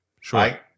Sure